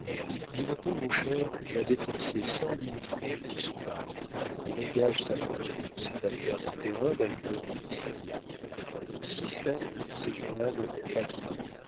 crottat birotteau mon cher va dépenser cent mille francs pour son bal il engage sa fortune dans cette affaire des terrains malgré mes conseils dans six semaines ces gens-là n'auront pas de pain